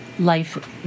life